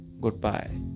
Goodbye